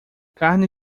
carne